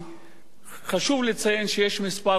חשוב לציין שיש כמה שנהנים ממנו.